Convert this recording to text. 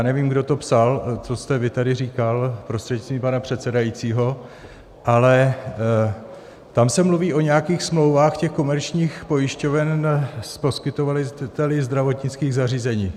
Nevím, kdo to psal, co jste vy tady říkal, prostřednictvím pana předsedajícího, ale tam se mluví o nějakých smlouvách komerčních pojišťoven s poskytovateli zdravotnických zařízení.